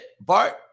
Bart